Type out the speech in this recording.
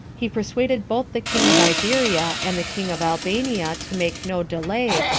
he persuaded both the king of iberia and the king of albania to make no delay,